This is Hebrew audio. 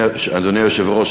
אדוני היושב-ראש,